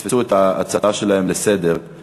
שפספסו את ההצעה שלהם לסדר-היום.